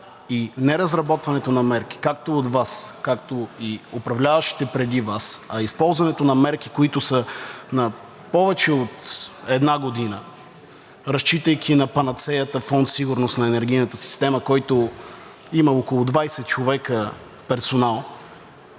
и неразработването на мерки както от Вас, както и управляващите преди Вас, а използването на мерки, които са на повече от една година, разчитайки на панацеята Фонд „Сигурност на енергийната система“, който има около 20 човека персонал,